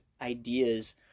ideas